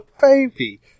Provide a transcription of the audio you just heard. baby